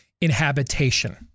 inhabitation